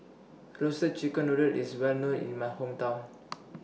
Roasted Chicken Noodle IS Well known in My Hometown